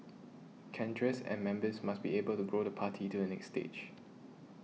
cadres and members must be able to grow the party to the next stage